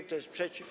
Kto jest przeciw?